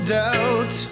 doubt